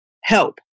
help